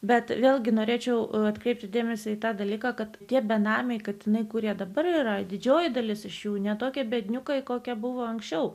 bet vėlgi norėčiau atkreipti dėmesį į tą dalyką kad tie benamiai katinai kurie dabar yra didžioji dalis iš jų ne tokie berniukai kokia buvo anksčiau